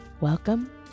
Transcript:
Welcome